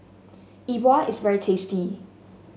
E Bua is very tasty